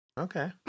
Okay